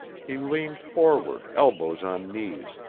he leaned forward, elbows on knees,